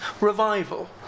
revival